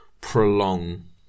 prolong